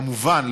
כמובן,